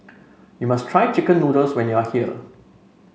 you must try chicken noodles when you are here